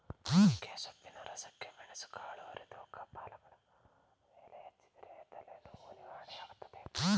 ನುಗ್ಗೆಸೊಪ್ಪಿನ ರಸಕ್ಕೆ ಮೆಣಸುಕಾಳು ಅರೆದು ಕಪಾಲಗಲ ಮೇಲೆ ಹಚ್ಚಿದರೆ ತಲೆನೋವು ನಿವಾರಣೆಯಾಗ್ತದೆ